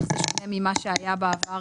איך זה שונה ממה שהיה בעבר,